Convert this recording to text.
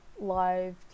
live